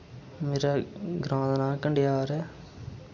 मेरा ग्रां दा नां कंडयार ऐ